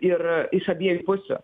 ir iš abiejų pusių